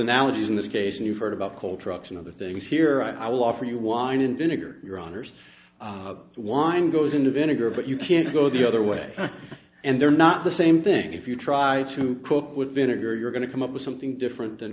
analogies in this case and you've heard about coal trucks and other things here i will offer you wine in vinegar your honour's wine goes into vinegar but you can't go the other way and they're not the same thing if you try to cook with vinegar you're going to come up with something different